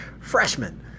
Freshman